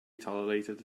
tolerated